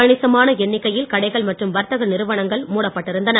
கணிசமான எண்ணிக்கையில் கடைகள் மற்றும் வர்த்தக நிறுவனங்கள் மூடப்பட்டிருந்தன